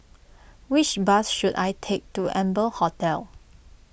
which bus should I take to Amber Hotel